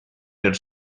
per